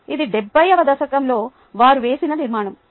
అది 70 వ దశకంలో వారు వేసిన నిర్మాణం